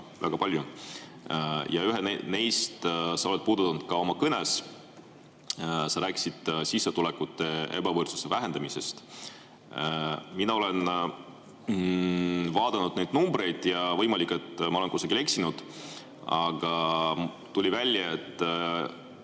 väga paljud. Ühte neist sa puudutasid ka oma kõnes. Sa rääkisid sissetulekute ebavõrdsuse vähendamisest. Mina olen vaadanud numbreid. Võimalik, et ma olen kusagil eksinud, aga tuli välja, et